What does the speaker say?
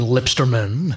Lipsterman